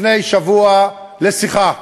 לפני שבוע לשיחה.